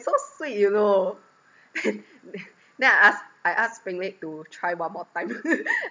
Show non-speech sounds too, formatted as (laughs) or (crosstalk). so sweet you know (laughs) th~ then I ask I ask peng lek to try one more time (laughs)